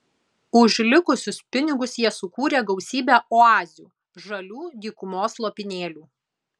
už likusius pinigus jie sukūrė gausybę oazių žalių dykumos lopinėlių